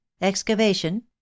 Excavation